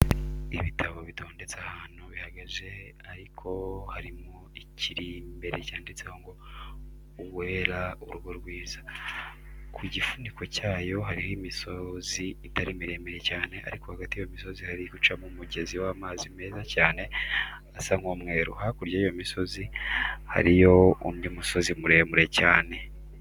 Ibitabo bitondetse ahantu bihagaze ariko harimo ikiri imbere cyanditseho ngo:" Uwera urugero rwiza." Ku gifuniko cyacyo hariho imisozi itari miremire cyane ariko hagati y'iyo misozi hari gucamo umugezi w'amazi meza cyane asa nk'umweru, hakurya y'iyo misozi hariyo undi musozi muremure cyane.